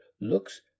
looks